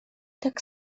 tak